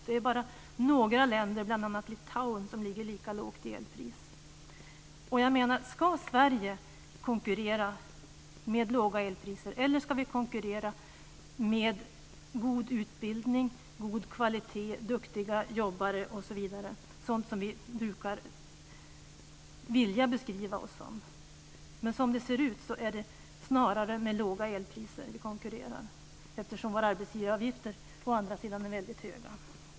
Det är bara några länder, bl.a. Litauen, som ligger lika lågt i elpris. Ska Sverige konkurrera med låga elpriser eller ska vi konkurrera med god utbildning, god kvalitet, duktiga jobbare, så som vi brukar vilja beskriva Sverige? Som det ser ut konkurrerar vi snarare med låga elpriser eftersom våra arbetsgivaravgifter är väldigt höga.